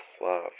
love